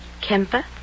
Kemper